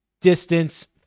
distance